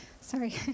sorry